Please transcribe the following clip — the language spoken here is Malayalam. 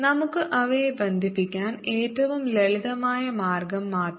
നമുക്ക് അവയെ ബന്ധിപ്പിക്കാൻ ഏറ്റവും ലളിതമായ മാർഗം മാത്രം